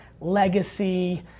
legacy